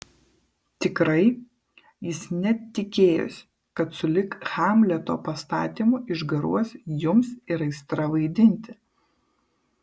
tikrai jis net tikėjosi kad sulig hamleto pastatymu išgaruos jums ir aistra vaidinti